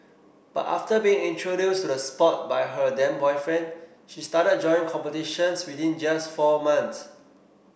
but after being introduced to the sport by her then boyfriend she started joining competitions within just four months